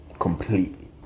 Completely